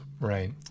Right